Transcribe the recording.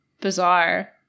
bizarre